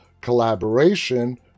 collaboration